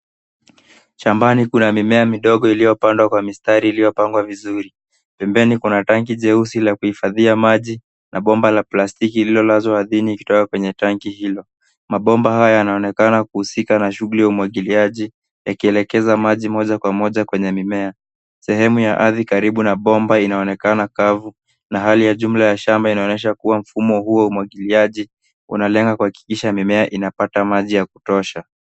Shambani kuna mimea midogo iliyopandwa kwa mistari iliyopangwa vizuri. Pembeni kuna tanki jeusi la kuhifadhia maji na bomba la plastiki lililolazwa ardhini kutoka kwenye tanki hilo. Mabomba hayo yanaonekana kuhusika na shughuli ya umwagiliaji yakielekeza maji moja kwa moja kwenye mimea. Sehemu ya ardhi karibu na bomba inaonekana kavu na hali ya jumla ya shamba inaonyesha kuwa mfumo huo umwagiliaji unalenga kuhakikisha mimea inapata maji ya kutosha.